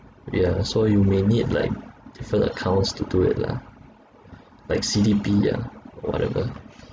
yeah so you may need like different accounts to do it lah like C_D_P yeah whatever